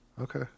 Okay